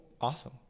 awesome